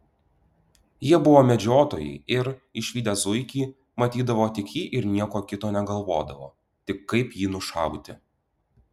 jie buvo medžiotojai ir išvydę zuikį matydavo tik jį ir nieko kito negalvodavo tik kaip jį nušauti